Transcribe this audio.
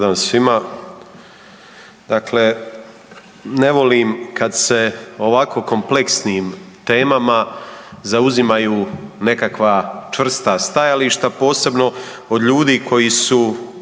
Dobar dan svima. Dakle, ne volim kad se o ovako kompleksnim temama zauzimaju nekakva čvrsta stajališta, posebno od ljudi koji su,